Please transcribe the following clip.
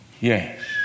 Yes